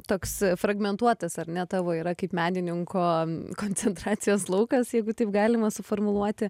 toks fragmentuotas ar ne tavo yra kaip menininko koncentracijos laukas jeigu taip galima suformuluoti